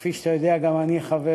וכפי שאתה יודע גם אני חבר